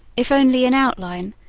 if only in outline,